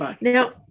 Now